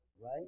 Right